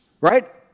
right